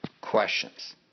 questions